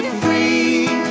free